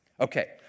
Okay